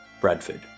Bradford